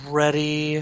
ready